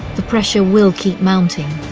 the pressure will keep mounting.